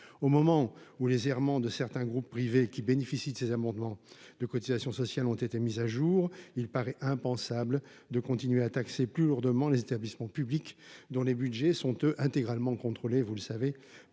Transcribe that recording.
au moment où les errements de certains groupes privés qui bénéficient de ces amendements de cotisations sociales ont été mises à jour il paraît impensable de continuer à taxer plus lourdement les établissements publics dont les Budgets sont eux intégralement contrôlé, vous le savez